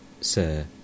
sir